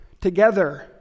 together